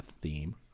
theme